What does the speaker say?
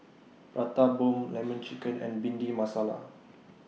Prata Bomb Lemon Chicken and Bhindi Masala